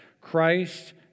Christ